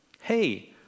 Hey